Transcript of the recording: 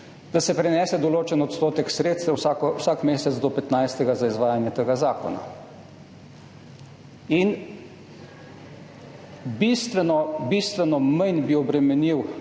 da se prenese določen odstotek sredstev vsak mesec do 15. za izvajanje tega zakona. Bistveno bistveno manj bi obremenil